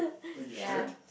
oh you sure